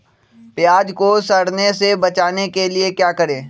प्याज को सड़ने से बचाने के लिए क्या करें?